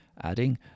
adding